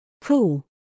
Cool